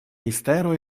mistero